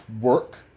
work